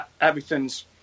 everything's